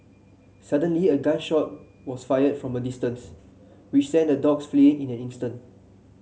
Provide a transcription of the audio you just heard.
suddenly a gun shot was fired from a distance which sent the dogs fleeing in an instant